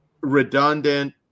redundant